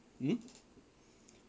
hmm